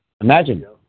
Imagine